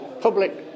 public